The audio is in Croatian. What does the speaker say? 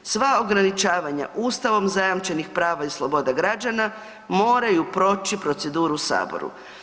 Sva ograničavanja ustavom zajamčenih prava i sloboda građana moraju proći proceduru u Saboru.